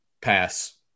pass